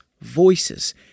voices